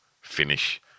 finish